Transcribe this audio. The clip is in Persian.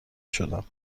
شدم